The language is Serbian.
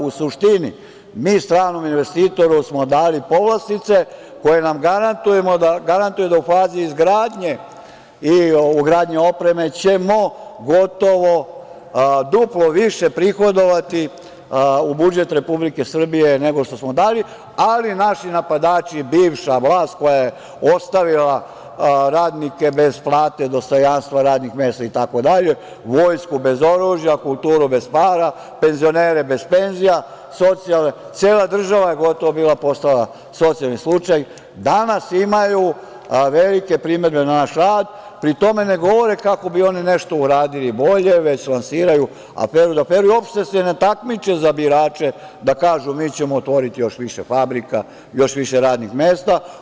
U suštini, mi smo stranom investitoru dali povlastice koje nam garantuju da u fazi izgradnje i ugradnje opreme ćemo gotovo duplo više prihodovati u budžet Republike Srbije nego što smo dali, ali naši napadači, bivša vlast koja je ostavila radnike bez plate, dostojanstva, radnih mesta, vojsku bez oružja, kulturu bez para, penzionere bez penzija, cela država je gotovo bila postala socijalni slučaj, danas imaju velike primedbe na naš rad, pri tome ne govore kako bi oni nešto uradili bolje, već lansiraju aferu za aferom i uopšte se ne takmiče za birače da kažu - mi ćemo otvoriti još više fabrika, još više radnih mesta.